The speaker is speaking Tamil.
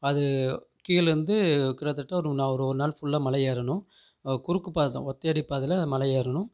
அது கீழே இருந்து கிட்டத்தட்ட ஒரு நா ஒரு ஒரு நாள் ஃபுல்லாக மலை ஏறணும் குறுக்குப் பாதை தான் ஒத்தையடிப் பாதையில் நான் மலை ஏறணும்